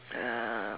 uh